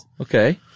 okay